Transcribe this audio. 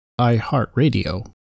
iHeartRadio